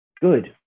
Good